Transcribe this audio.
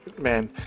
man